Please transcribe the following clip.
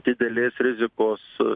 didelės rizikos